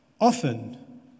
Often